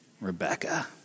Rebecca